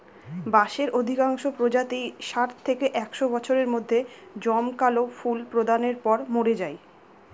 বাঁশের অধিকাংশ প্রজাতিই ষাট থেকে একশ বছরের মধ্যে জমকালো ফুল প্রদানের পর মরে যায়